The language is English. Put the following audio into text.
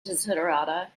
desiderata